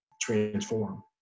transform